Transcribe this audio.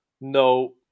no